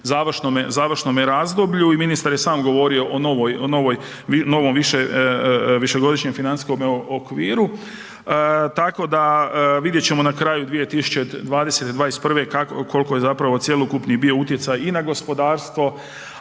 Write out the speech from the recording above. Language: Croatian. završnome razdoblju i ministar je sam govorio o novom višegodišnjem okviru tako da, vidjet ćemo na kraju 2020., '21., koliki je zapravo cjelokupni bio utjecaj i na gospodarstvo,